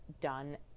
done